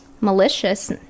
malicious